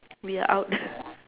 we are out